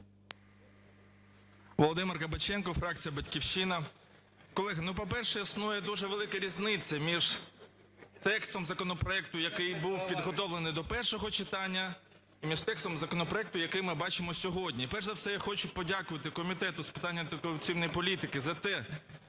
Володимир Кабаченко, фракція "Батьківщина". Колеги, по-перше, існує дуже велика різниця між текстом законопроекту, який був підготовлений до першого читання, і між текстом законопроекту, який ми бачимо сьогодні. І перш за все я хочу подякувати Комітету з питань антикорупційної політики за те,